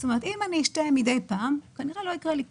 אם אשתה מידי פעם כנראה לא יקרה לי כלום,